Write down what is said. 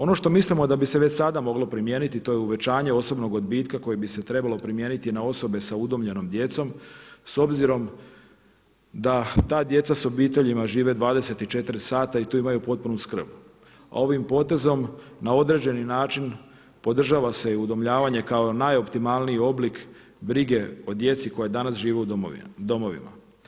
Ono što mislimo da bi se već sada moglo primijeniti to je uvećanje osobnog odbitka koji bi se trebao primijeniti na osobe sa udomljenom djecom s obzirom da ta djeca s obiteljima žive 24 sata i tu imaju potpunu skrb, a ovim potezom na određeni način podržava se i udomljavanje kao najoptimalniji oblik brige o djeci koja danas žive u domovima.